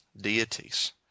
deities